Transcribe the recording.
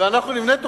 ואנחנו נבנה תוכנית,